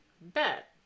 bet